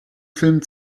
film